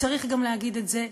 צריך גם להגיד את זה,